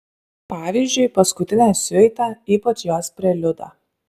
pavyzdžiui paskutinę siuitą ypač jos preliudą